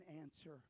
answer